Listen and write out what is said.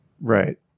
Right